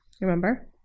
Remember